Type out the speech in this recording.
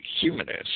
humanist